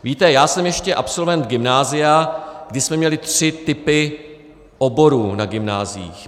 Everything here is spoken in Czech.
Víte, já jsem ještě absolvent gymnázia, kdy jsme měli tři typy oborů na gymnáziích.